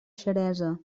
xeresa